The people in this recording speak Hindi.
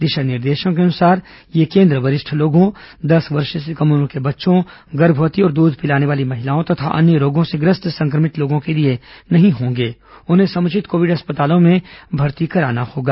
दिशा निर्देशों के अनुसार ये केन्द्र वरिष्ठ लोगों दस वर्ष से कम उम्र के बच्चों गर्भवती और दूध पिलाने वाली महिलाओं और अन्य रोगों से ग्रस्त संक्रमितों के लिए नहीं होंगे उन्हें समुचित कोविड अस्पतालों में भर्ती कराना होगा